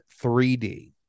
3D